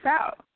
out